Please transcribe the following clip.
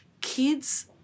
Kids